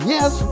Yes